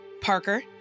Parker